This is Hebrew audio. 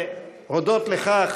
והודות לכך